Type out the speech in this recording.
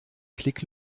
klick